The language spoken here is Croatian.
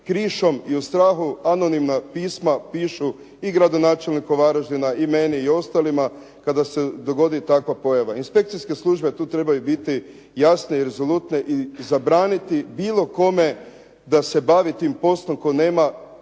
krišom i u strahu anonimna pisma pišu i gradonačelniku Varaždina i meni i ostalima kada se dogodi takva pojava. Inspekcijske službe tu trebaju biti jasne i rezolutne i zabraniti bilo kome da se bavi tim poslom tko nema